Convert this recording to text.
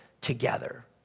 together